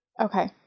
Okay